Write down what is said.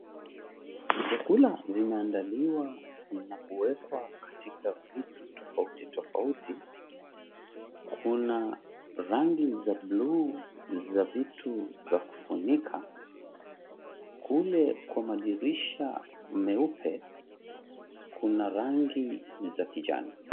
Vyakula vimeandaliwa na kuwekwa katika vitu tofauti tofauti. Kuna za blue za vitu za kufunika. Kule kwa madirisha meupe, kuna rangi za kijani.